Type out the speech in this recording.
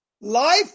life